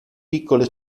piccole